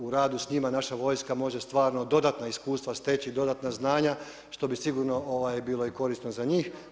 U radu s njima naša vojska može stvarno dodatna iskustva steći, dodatna znanja što bi sigurno bilo i korisno za njih.